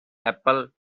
apple